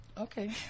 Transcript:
Okay